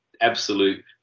absolute